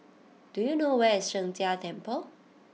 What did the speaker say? do you know where is Sheng Jia Temple